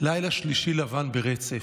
לילה שלישי לבן ברצף.